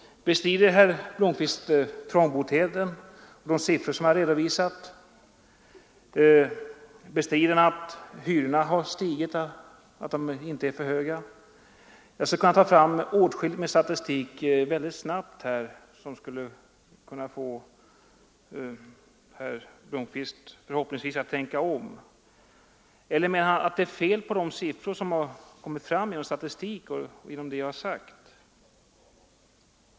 Bestrider herr Blomkvist trångboddheten och de siffror som har redovisats? Bestrider han att hyrorna har stigit, att de är för höga? Jag skulle mycket snabbt kunna ta fram åtskilligt med statistik som borde kunna få herr Blomkvist — förhoppningsvis — att tänka om. Menar han att det är fel på de siffror som har kommit fram genom statistik och genom det jag har sagt?